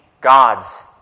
God's